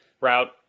route